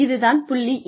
இது தான் புள்ளி A